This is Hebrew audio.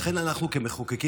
לכן אנחנו כמחוקקים,